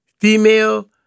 female